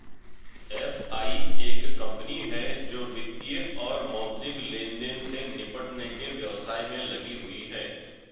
FI एक company है जो वित्तीय और मौद्रिक लेनदेन से निपटने के व्यवसाय में लगी हुई है